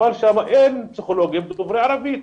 אבל שם אין פסיכולוגים דוברי ערבית.